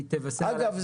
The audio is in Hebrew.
אגב,